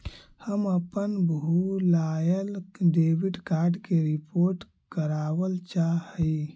हम अपन भूलायल डेबिट कार्ड के रिपोर्ट करावल चाह ही